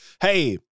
Hey